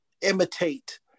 imitate